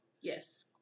Yes